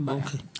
אין בעיה,